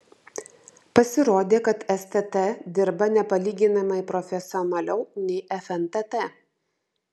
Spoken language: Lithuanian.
pasirodė kad stt dirba nepalyginamai profesionaliau nei fntt